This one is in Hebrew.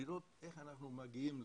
לראות איך אנחנו מגיעים אליהם,